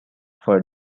for